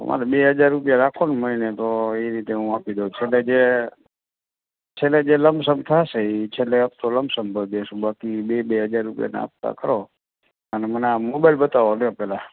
મારે બે હજાર રૂપિયા રાખો ને મહિને તો એ રીતે હું આપી દઉં છેલ્લે જે છેલ્લે જે લમસમ થશે એ છેલ્લે હપ્તો લમસમ ભરી દઇશું બાકી બે બે હજાર રુપિયાના હપ્તા કરો અને મને આ મોબાઈલ બતાવો લે પહેલાં